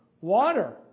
water